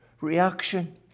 reaction